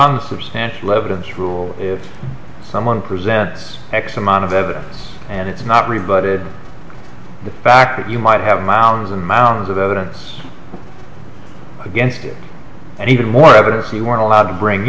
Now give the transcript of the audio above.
on substantial evidence rule if someone presents x amount of evidence and it's not rebut it fact that you might have mounds and mounds of evidence against it and even more evidence we weren't allowed to bring